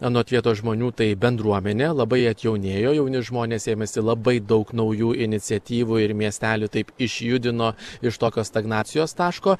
anot vietos žmonių tai bendruomenė labai atjaunėjo jauni žmonės ėmėsi labai daug naujų iniciatyvų ir miestelį taip išjudino iš tokio stagnacijos taško